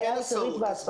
רק אין הסעות.